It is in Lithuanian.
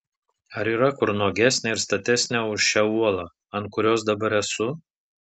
ar yra kur nuogesnė ir statesnė už šią uolą ant kurios dabar esu